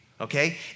okay